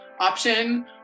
option